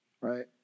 right